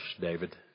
David